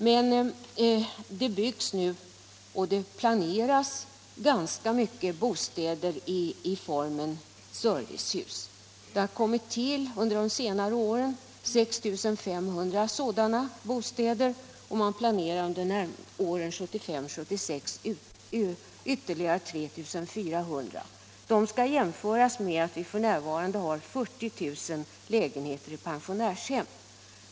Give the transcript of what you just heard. Men det planeras och byggs nu ganska mycket bostäder i form av servicehus. Det har under senare år tillkommit 6 500 sådana bostäder, och man planerade ytterligare 3 400 under 1975/76. Det skall jämföras med att vi f.n. har 40 000 lägenheter i pensionärshem.